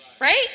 right